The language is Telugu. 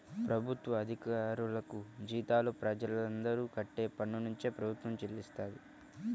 ప్రభుత్వ అధికారులకు జీతాలు ప్రజలందరూ కట్టే పన్నునుంచే ప్రభుత్వం చెల్లిస్తది